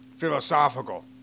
philosophical